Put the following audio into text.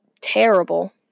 terrible